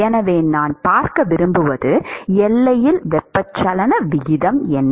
எனவே நான் பார்க்க விரும்புவது எல்லையில் வெப்பச்சலன விகிதம் என்ன